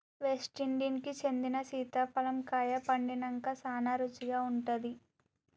West Indies కి చెందిన సీతాఫలం కాయ పండినంక సానా రుచిగా ఉంటాది